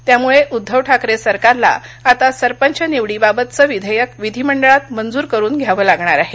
त्यामुळे उद्धव ठाकरे सरकारला आता सरपंच निवडीबाबतचं विधेयकविधिमंडळात मंजूर करून घ्यावं लागणार आहे